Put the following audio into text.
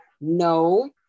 no